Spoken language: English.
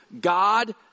God